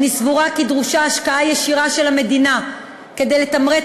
אני סבורה כי דרושה השקעה ישירה של המדינה כדי לתמרץ